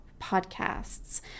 Podcasts